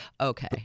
Okay